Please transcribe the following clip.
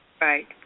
Right